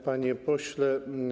Panie Pośle!